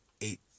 eight